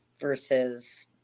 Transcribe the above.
versus